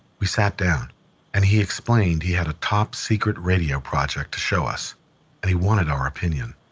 we sat down and he explained he had a top-secret radio project to show us and he wanted our opinion.